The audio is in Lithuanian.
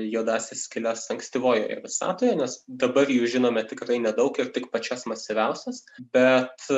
juodąsias skyles ankstyvoje visatoje nes dabar jų žinome tikrai nedaug ir tik pačias masyviausias bet